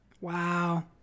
Wow